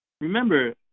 remember